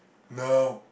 now